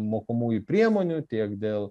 mokomųjų priemonių tiek dėl